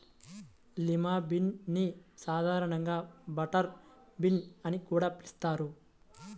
lima bean ని సాధారణంగా butter bean అని కూడా పిలుస్తారు